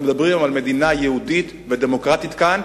אנחנו מדברים על מדינה יהודית ודמוקרטית כאן,